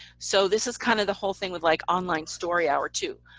so this is kind of the whole thing with like online story hour too.